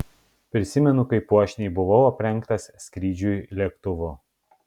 prisimenu kaip puošniai buvau aprengtas skrydžiui lėktuvu